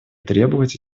требовать